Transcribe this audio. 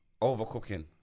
overcooking